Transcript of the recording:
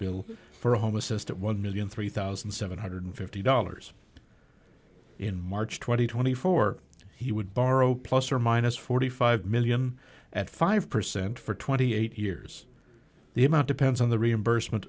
bill for a home assistant one million three thousand seven hundred and fifty dollars in march two thousand and twenty four he would borrow plus or minus forty five million dollars at five percent for twenty eight years the amount depends on the reimbursement